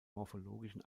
morphologischen